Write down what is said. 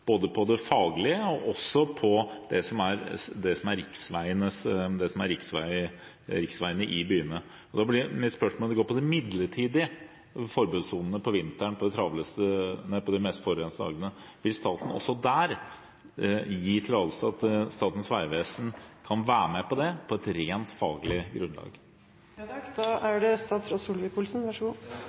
både på det faglige og på det som er riksveiene i byene. Mitt spørsmål går da på de midlertidige forbudssonene på de mest forurensede dagene om vinteren: Vil statsråden også der gi tillatelse til at Statens vegvesen kan være med på det på et rent faglig